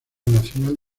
nacional